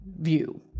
view